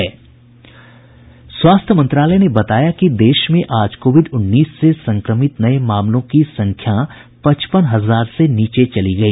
स्वास्थ्य मंत्रालय ने बताया कि देश में आज कोविड उन्नीस से संक्रमित नये मामलों की संख्या पचपन हजार से नीचे चली गई